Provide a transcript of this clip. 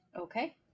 Okay